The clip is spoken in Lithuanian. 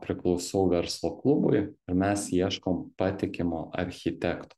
priklausau verslo klubui ir mes ieškom patikimo architekto